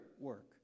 work